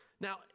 Now